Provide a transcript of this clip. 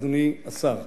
אדוני השר.